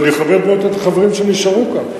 ואני מכבד מאוד את החברים שנשארו כאן.